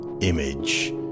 image